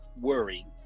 worry